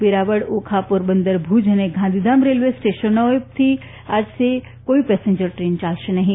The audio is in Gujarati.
વેરાવળ ઓખા પોરબંદર ભુજ અને ગાંધીધામ રેલ્વે સ્ટેશનોએથી કોઇ પેસેન્જર દ્રેન ચાલશે નહીં